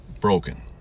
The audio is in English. broken